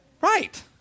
Right